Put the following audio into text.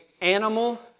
animal